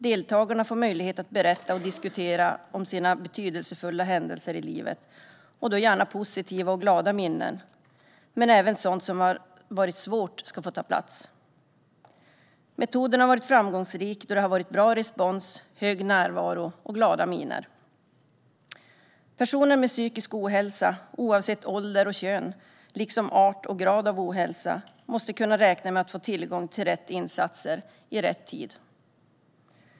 Deltagarna får möjlighet att berätta om och diskutera betydelsefulla händelser i livet. Det får gärna vara positiva och glada minnen, men även sådant som har varit svårt ska få ta plats. Metoden har varit framgångsrik, då det har varit bra respons, hög närvaro och glada miner. Personer med psykisk ohälsa - oavsett ålder och kön, liksom art och grad av ohälsa - måste kunna räkna med att få tillgång till rätt insatser i rätt tid.